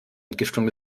entgiftung